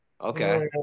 Okay